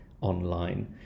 online